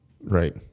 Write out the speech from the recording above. Right